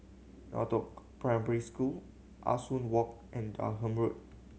Northoaks Primary School Ah Soo Walk and Durham Road